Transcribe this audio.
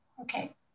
Okay